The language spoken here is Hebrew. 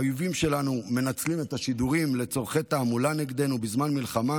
האויבים שלנו מנצלים את השידורים לצורכי תעמולה נגדנו בזמן מלחמה